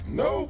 no